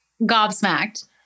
gobsmacked